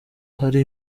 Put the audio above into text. hari